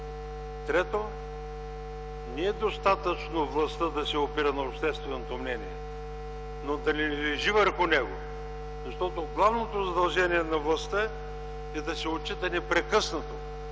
Трето, не е достатъчно властта да се опира на общественото мнение, но да не лежи върху него, защото главното задължение на властта е да се отчита непрекъснато